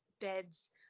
beds